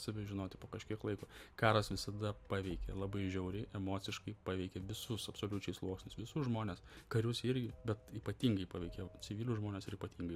save žinoti po kažkiek laiko karas visada paveikia labai žiauriai emociškai paveikia visus absoliučiai sluoksnius visus žmones karius irgi bet ypatingai paveikia civilius žmones ir ypatingai